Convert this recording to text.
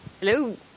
Hello